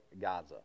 Gaza